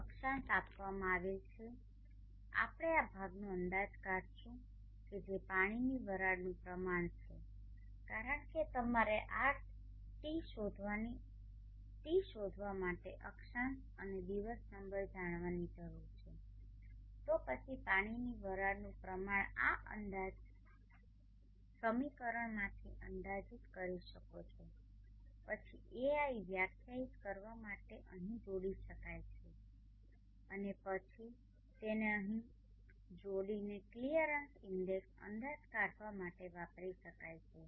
અક્ષાંશ આપવામાં આવેલ છે આપણે આ ભાગનો અંદાજ કાઢીશું કે જે પાણીની વરાળનુ પ્રમાણ છે કારણ કે તમારે τ શોધવા માટે અક્ષાંશ અને દિવસ નંબર જાણવાની જરૂર છે તો પછી પાણીની વરાળનુ પ્રમાણ આ અંદાજ સમીકરણમાંથી અંદાજિત કરી શકો છો પછી ai વ્યાખ્યાયિત કરવા માટે આ અહીં જોડી શકાય છે અને પછી તેને અહીં જોડીને ક્લિયરન્સ ઇન્ડેક્સ અંદાજ કાઢવા માટે વાપરી શકાય છે